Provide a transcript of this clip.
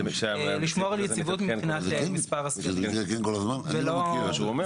לשמור על יציבות מבחינת מספר הסגנים ולא לערער.